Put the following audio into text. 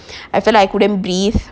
I felt like I couldn't breathe